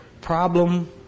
problem